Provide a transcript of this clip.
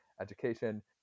education